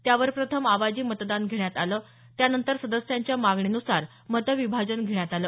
त्यावर प्रथम आवाजी मतदान घेण्यात आलं त्यानंतर सदस्यांच्या मागणीनुसार मतविभाजन घेण्यात आलं